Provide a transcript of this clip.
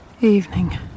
Evening